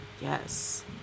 Yes